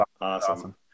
awesome